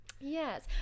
Yes